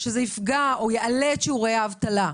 שזה יפגע או יעלה את שיעורי האבטלה,